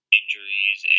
injuries